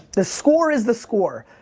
the score is the score,